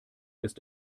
ist